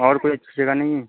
और कोई अच्छी जगह नहीं है